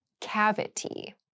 cavity